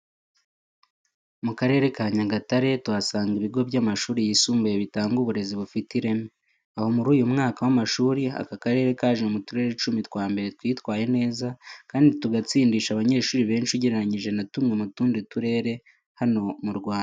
Mu Karere ka Nyagatare tuhasanga ibigo by'amashuri yisumbuye bitanga uburezi bufite ireme, aho muri uyu mwaka w'amashuri aka karere kaje mu turere icumi twa mbere twitwaye neza kandi tugatsindisha abanyeshuri benshi ugereranyije na tumwe mu tundi turere hano mu Rwanda.